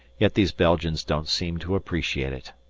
yet these belgians don't seem to appreciate it.